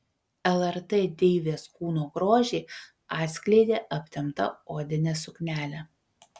lrt deivės kūno grožį atskleidė aptempta odinė suknelė